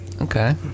Okay